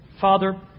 Father